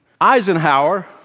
Eisenhower